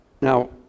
Now